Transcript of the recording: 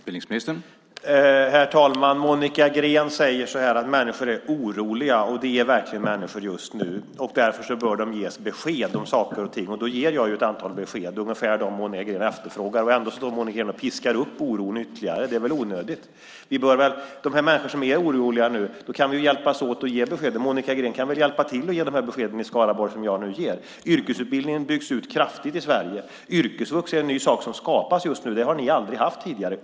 Herr talman! Monica Green säger att människor är oroliga, och det är verkligen människor just nu. Därför bör de ges besked om saker och ting, och jag ger ett antal besked, ungefär dem Monica Green efterfrågar. Ändå piskar Monica Green upp oron ytterligare. Det är väl onödigt. De människor som är oroliga nu kan vi väl hjälpas åt att ge besked till. Monica Green kan väl hjälpa till att ge de besked i Skaraborg som jag nu ger. Yrkesutbildningen byggs ut kraftigt i Sverige. Yrkesvux är en ny sak som skapas just nu. Det har ni aldrig haft tidigare.